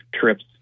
trips